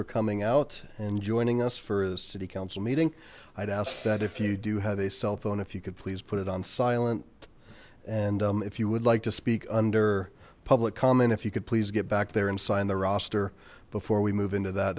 for coming out and joining us for a city council meeting i'd ask that if you do have a cell phone if you could please put it on silent and if you would like to speak under public comment if you could please get back there and sign the roster before we move into that